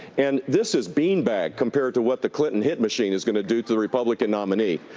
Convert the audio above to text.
and this is beanbag compared to what the clinton hit machine is going to do to the republican nominee.